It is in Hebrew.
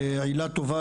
עילה טובה,